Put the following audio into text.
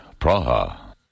Praha